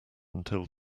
until